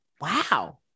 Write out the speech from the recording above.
wow